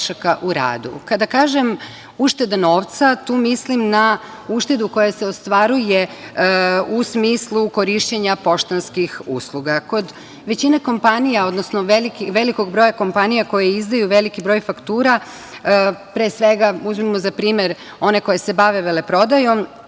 Kada kažem ušteda novca, tu mislim na uštedu koja se ostvaruje u smislu korišćenja poštanskih usluga. Kod većine kompanija, odnosno velikog broja kompanija koje izdaju veliki broj faktura, pre sveta uzmimo za primer one koji se bave veleprodajom,